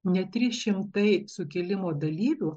ne trys šimtai sukilimo dalyvių